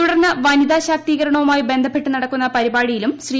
തുടർന്ന് വനിതാ ശാക്തീകരണവുമായി ബന്ധപ്പെട്ട് നടക്കുന്ന പരിപാടിയിലും ശ്രീ